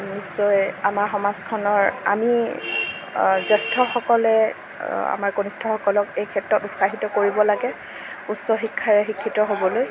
নিশ্চয় আমাৰ সমাজখনৰ আমি জ্যেষ্ঠসকলে আমাৰ কনিষ্ঠসকলক এই ক্ষেত্ৰত উৎসাহিত কৰিব লাগে উচ্চ শিক্ষাৰে শিক্ষিত হ'বলৈ